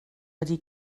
wedi